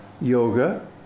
Yoga